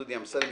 דודי אמסלם,